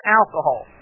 alcohol